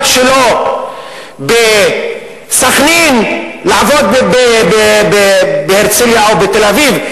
שלו בסח'נין לעבוד בהרצלייה או בתל-אביב.